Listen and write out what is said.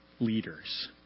leaders